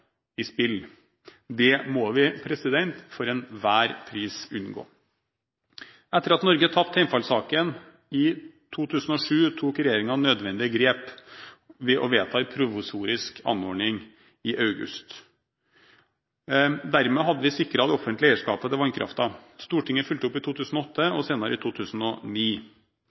spill. Dette må vi for enhver pris unngå. Etter at Norge tapte hjemfallssaken i 2007, tok regjeringen nødvendige grep ved å vedta en provisorisk anordning i august. Dermed hadde vi sikret det offentlige eierskapet til vannkraften. Stortinget fulgte opp i 2008 og senere i 2009.